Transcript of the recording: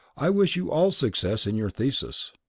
i wish you all success in your thesis.